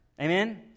Amen